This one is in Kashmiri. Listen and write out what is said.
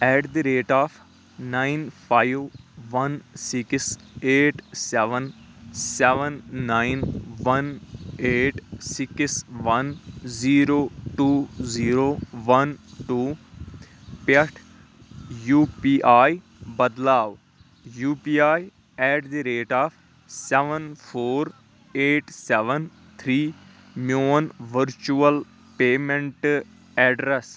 eight the rate of nine five one six eight seven seven nine one eight six one zero two zero one two پٮ۪ٹھ یوٗ پی آی بَدلاو U P I at the rate of seven four eight seven three میون ؤرچُوَل پیمٮ۪نٛٹ اٮ۪ڈرَس